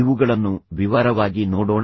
ಇವುಗಳನ್ನು ವಿವರವಾಗಿ ನೋಡೋಣ